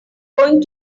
going